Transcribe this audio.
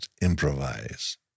improvise